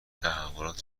تحولات